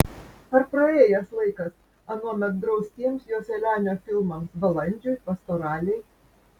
ar praėjęs laikas anuomet draustiems joselianio filmams balandžiui pastoralei